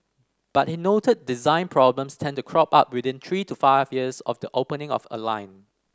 but he noted design problems tend to crop up within three to five years of the opening of a line